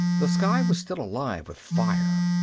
the sky was still alive with fire,